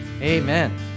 amen